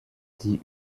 die